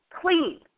Clean